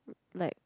like